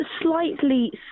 slightly